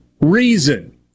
reason